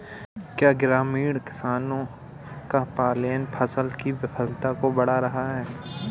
क्या ग्रामीण किसानों का पलायन फसल की विफलता को बढ़ा रहा है?